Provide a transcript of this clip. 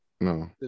No